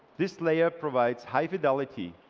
this layer provides high fidelity.